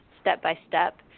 step-by-step